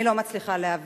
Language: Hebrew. אני לא מצליחה להבין.